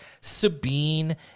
Sabine